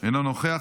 אינו נוכח.